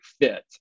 fit